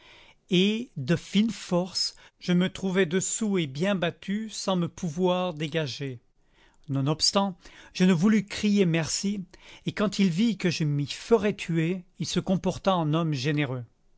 et de fine force je me trouvai dessous et bien battu sans me pouvoir dégager nonobstant je ne voulus crier merci et quand il vit que je m'y ferais tuer il se comporta en homme généreux